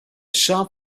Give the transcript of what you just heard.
shop